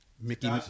Mickey